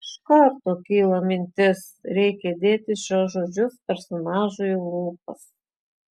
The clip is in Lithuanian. iš karto kyla mintis reikia įdėti šiuos žodžius personažui į lūpas